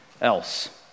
else